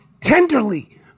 tenderly